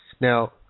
now